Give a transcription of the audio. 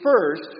first